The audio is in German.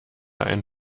ein